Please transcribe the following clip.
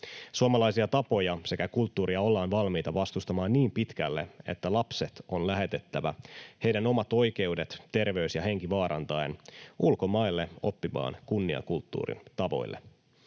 Suomalaisia tapoja sekä kulttuuria ollaan valmiita vastustamaan niin pitkälle, että lapset on lähetettävä — heidän omat oikeutensa, terveytensä ja henkensä vaarantaen — ulkomaille oppimaan kunniakulttuurin tavoille.